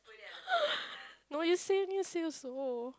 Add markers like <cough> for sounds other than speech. <laughs> no you say you need to say also